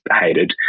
hated